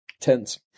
Tens